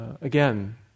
Again